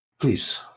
Please